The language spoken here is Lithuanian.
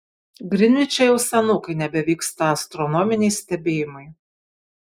grinviče jau senokai nebevyksta astronominiai stebėjimai